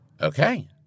Okay